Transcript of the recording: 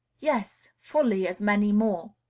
yes, fully as many more.